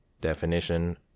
definition